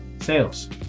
sales